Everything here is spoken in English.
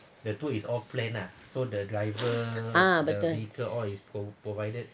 ah betul